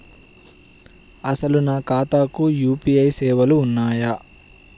అసలు నా ఖాతాకు యూ.పీ.ఐ సేవలు ఉన్నాయా?